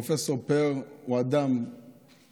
פרופ' פאר הוא אדם ענק,